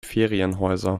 ferienhäuser